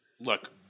look –